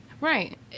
right